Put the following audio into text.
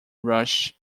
rush